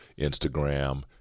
Instagram